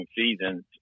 seasons